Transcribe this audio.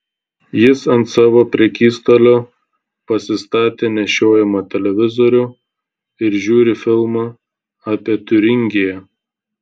jis ant savo prekystalio pasistatė nešiojamą televizorių ir žiūri filmą apie tiuringiją